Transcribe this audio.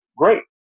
great